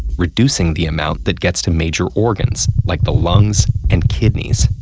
reducing the amount that gets to major organs like the lungs and kidneys.